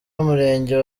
w’umurenge